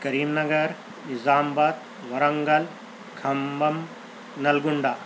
کریم Nagar Nizamabad Warangal Khammam Nalgonda